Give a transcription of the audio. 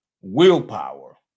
willpower